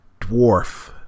dwarf